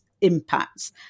impacts